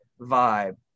vibe